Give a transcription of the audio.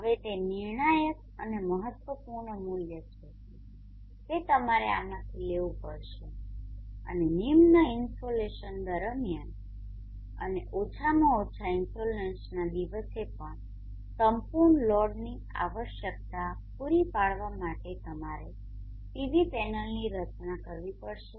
હવે તે નિર્ણાયક અને મહત્વપૂર્ણ મૂલ્ય છે જે તમારે આમાંથી લેવું પડશે અને નિમ્ન ઇન્સોલેશન દરમિયાન અને ઓછામાં ઓછા ઇન્સોલેશનના દિવસે પણ સંપૂર્ણ લોડની આવશ્યકતા પૂરી પાડવા માટે તમારે PV પેનલની રચના કરવી પડશે